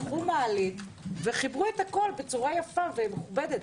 לקחו מעלית וחיברו את הכול בצורה יפה ומכובדת,